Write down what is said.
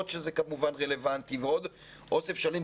שזה כמובן רלוונטי ועוד אוסף שלם.